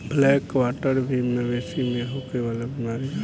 black quarter भी मवेशी में होखे वाला बीमारी ह